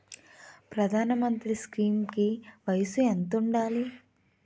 ప్రధాన మంత్రి స్కీమ్స్ కి వయసు ఎంత ఉండాలి?